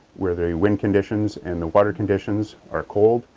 where the wind conditions and the water conditions are cold,